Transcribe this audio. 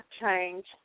change